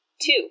Two